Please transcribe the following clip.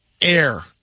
Air